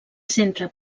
centra